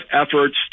efforts